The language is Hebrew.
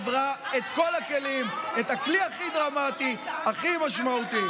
שכל מי שביטחון ישראל חשוב לו,